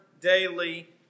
daily